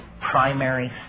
primary